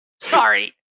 Sorry